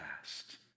past